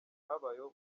habayeho